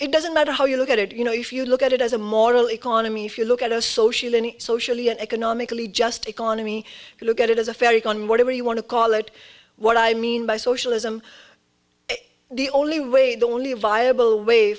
it doesn't matter how you look at it you know if you look at it as a moral economy if you look at a social and socially and economically just economy if you look at it as a fair econ whatever you want to call it what i mean by socialism the only way the only viable way